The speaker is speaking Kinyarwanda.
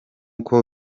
uko